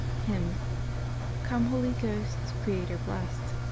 hymns come, holy ghost, creator blest